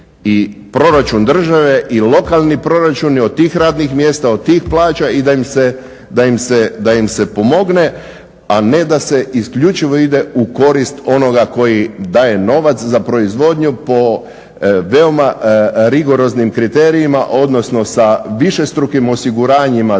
i proračun države i lokalni proračuni, od tih radnih mjesta, od tih plaća i da im se pomogne, a ne da se isključivo ide u korist onoga koji daje novac za proizvodnju po veoma rigoroznim kriterijima, odnosno sa višestrukim osiguranjima za